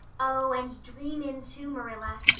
oh, and dream in too, marilla.